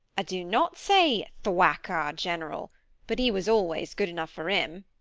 i do not say thwack our general but he was always good enough for him.